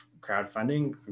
crowdfunding